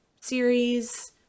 series